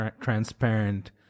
transparent